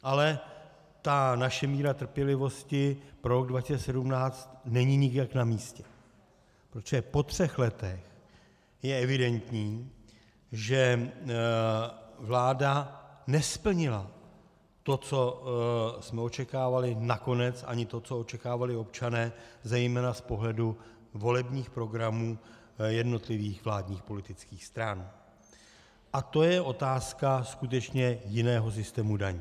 Ale ta naše míra trpělivosti pro rok 2017 není nikterak namístě, protože po třech letech je evidentní, že vláda nesplnila to, co jsme očekávali, nakonec ani to, co očekávali občané zejména z pohledu volebních programů jednotlivých vládních politických stran, a to je otázka skutečně jiného systému daní.